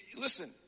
Listen